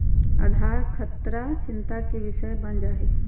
आधार खतरा चिंता के विषय बन जाइ छै